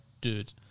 dude